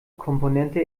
komponente